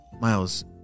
Miles